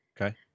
Okay